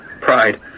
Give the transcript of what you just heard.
Pride